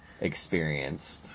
experienced